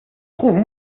trouve